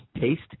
taste